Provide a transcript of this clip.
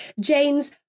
jane's